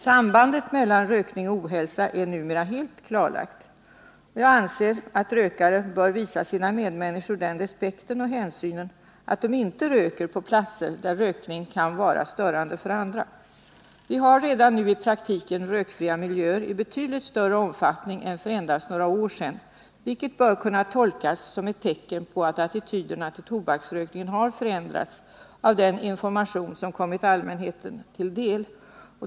Sambandet mellan rökning och ohälsa är numera helt klarlagt. Jag anser att rökare bör visa sina medmänniskor den respekten och hänsynen att de inte röker på platser där rökningen kan vara störande för andra. Vi har redan nu i praktiken rökfria miljöer i betydligt större omfattning än för endast några år sedan, vilket bör kunna tolkas som ett tecken på att attityderna till tobaksrökningen har förändrats av den information som kommit allmänheten till del.